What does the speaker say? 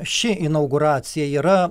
ši inauguracija yra